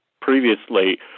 previously